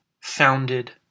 founded